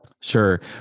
Sure